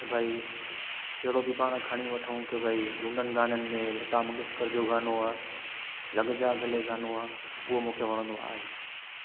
भई कहिड़ो बि पाणि खणी वठूं की भई झूननि गाननि में लता मंगेश्कर जो गानो आहे लगजा गले गानो आहे उहो मूंखे वणंदो आहे